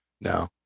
No